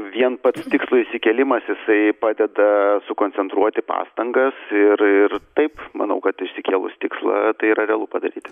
vien pats tikslo išsikėlimas jisai padeda sukoncentruoti pastangas ir taip manau kad išsikėlus tikslą tai yra realu padaryt